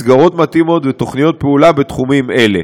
מסגרות מתאימות ותוכניות פעולה בתחומים אלה,